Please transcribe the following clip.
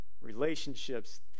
Relationships